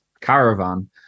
caravan